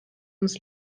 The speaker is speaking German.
ums